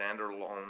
standalone